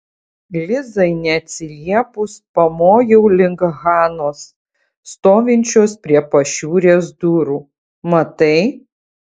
lizai neatsiliepus pamojau link hanos stovinčios prie pašiūrės durų matai